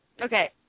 Okay